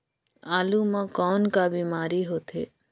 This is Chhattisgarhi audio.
आलू म कौन का बीमारी होथे?